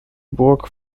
burg